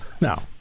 Now